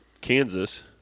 Kansas